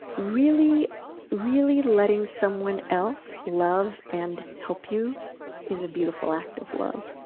really really letting someone else love and help you is a beautiful act of love.